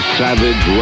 savage